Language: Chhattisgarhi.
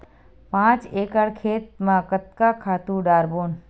पांच एकड़ खेत म कतका खातु डारबोन?